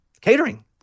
catering